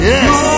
Yes